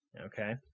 Okay